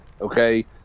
okay